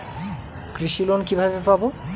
কৃষি লোন কিভাবে পাব?